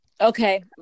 Okay